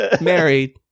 married